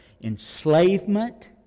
enslavement